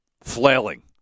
flailing